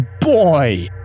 boy